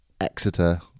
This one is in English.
Exeter